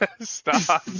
Stop